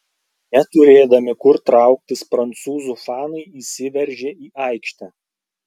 neturėdami kur trauktis prancūzų fanai išsiveržė į aikštę